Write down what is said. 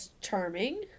charming